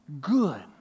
good